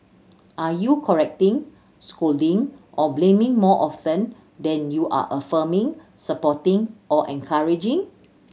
are you correcting scolding or blaming more often than you are affirming supporting or encouraging